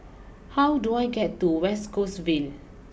how do I get to West Coast Vale